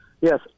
Yes